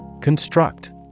Construct